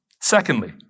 Secondly